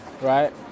right